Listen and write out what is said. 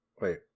Wait